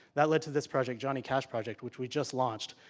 that led to this project, johnny cash project, which we just launched.